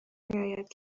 میاید